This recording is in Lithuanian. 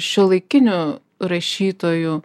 šiuolaikinių rašytojų